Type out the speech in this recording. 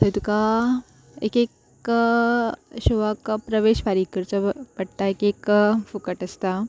थंय तुका एक एक शोवाक प्रवेश फारीक करचो पडटा एक एक फुकट आसता